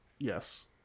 Yes